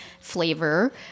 flavor